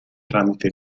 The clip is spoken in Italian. tramite